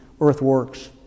earthworks